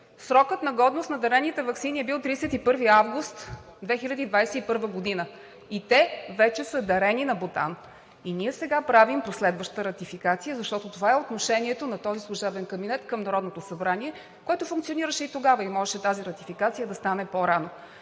„Срокът на годност на дарените ваксини е бил 31 август 2021 г. и те вече са дарени на Бутан.“ Ние сега правим последваща ратификация, защото това е отношението на този служебен кабинет към Народното събрание, което функционираше и тогава – можеше тази ратификация да стане по-рано.